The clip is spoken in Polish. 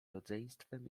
rodzeństwem